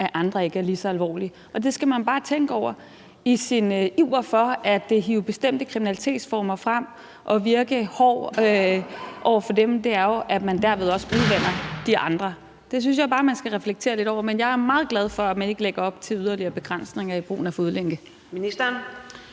at andre ikke er lige så alvorlige. Det skal man bare tænke over i sin iver efter at hive bestemte kriminalitetsformer frem og virke hård over for dem, for det gør jo, at man derved også udvander de andre. Det synes jeg bare man skal reflektere lidt over, men jeg er meget glad for, at man ikke lægger op til yderligere begrænsninger af brugen af fodlænke.